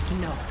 no